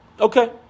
Okay